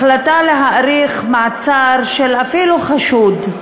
החלטה להאריך מעצר, אפילו של חשוד,